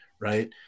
right